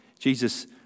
Jesus